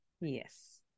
Yes